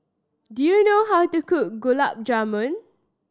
do you know how to cook Gulab Jamun